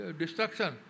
destruction